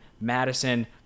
Madison